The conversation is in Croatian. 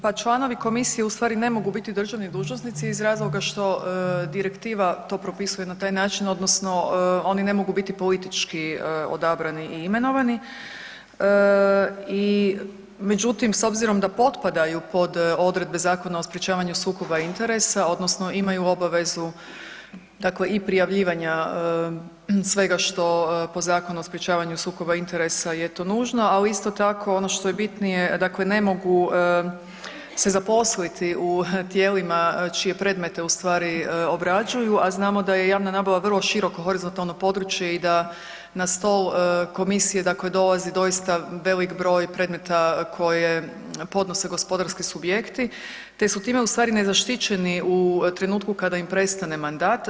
Pa članovi komisije u stvari ne mogu biti državni dužnosnici što direktiva to propisuje na taj način odnosno oni ne mogu biti politički odabrani i imenovani i, međutim s obzirom da potpadaju pod odredbe Zakona o sprječavanju sukoba interesa odnosno imaju obavezu dakle i prijavljivanja svega što po Zakonu sprječavanja sukoba interesa je to nužno, ali isto tako ono što je bitnije dakle ne mogu se zaposliti u tijelima čije predmete ustvari obrađuju, a znamo da je javna nabava vrlo široko horizontalno područje i da na stol komisije dolazi doista veliki broj predmeta koje ponose gospodarski subjekti te su time u stvari nezaštićeni u trenutku kad im prestane mandat.